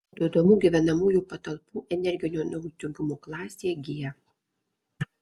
parduodamų gyvenamųjų patalpų energinio naudingumo klasė g